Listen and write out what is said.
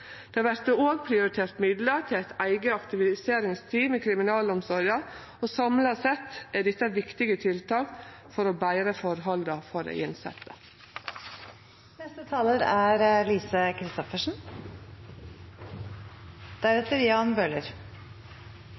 Det vert òg prioritert midlar til eit eige aktiviseringsteam i kriminalomsorga. Samla sett er dette viktige tiltak for å betre forholda for dei